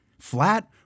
Flat